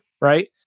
right